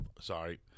sorry